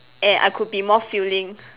and I could be more filling